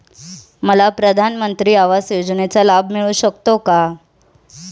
मला प्रधानमंत्री आवास योजनेचा लाभ मिळू शकतो का?